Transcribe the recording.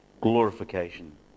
glorification